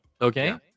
Okay